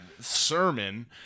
sermon